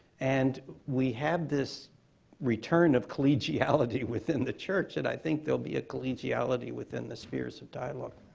and we have this return of collegiality within the church that i think there'll be a collegiality within the spheres of dialogue.